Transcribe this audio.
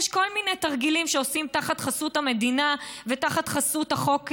יש כל מיני תרגילים שעושים תחת חסות המדינה ותחת חסות החוק,